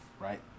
Right